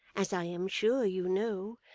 as i am sure you know.